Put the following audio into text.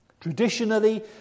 Traditionally